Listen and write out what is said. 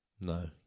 No